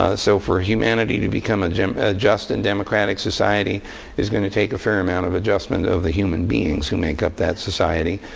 ah so for humanity to become a just and democratic society is going to take a fair amount of adjustment of the human beings who make up that society,